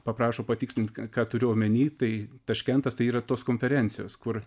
paprašo patikslint ką turiu omeny tai taškentas tai yra tos konferencijos kur